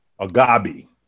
Agabi